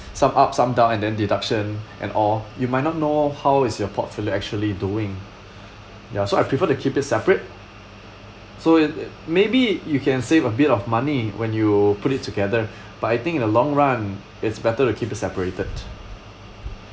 some up some down and then deduction and all you might not know how is your portfolio actually doing ya so I prefer to keep it separate so it maybe you can save a bit of money when you put it together but I think in the long run it's better to keep it separated